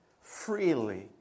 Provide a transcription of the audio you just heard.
freely